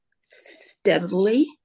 steadily